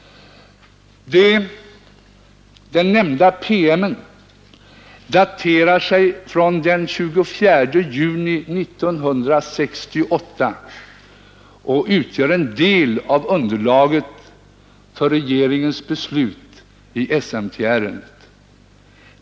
Den nämnda PM:en daterar sig från den 24 juni 1968 och utgör en del av underlaget för regeringens beslut i SMT-ärendet.